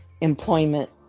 employment